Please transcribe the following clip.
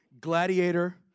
Gladiator